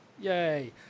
Yay